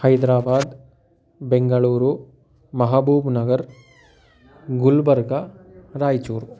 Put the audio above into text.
Hyderabad Bengaluru Mahbub Nagar Gulbarga Raichur